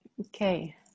okay